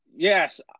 Yes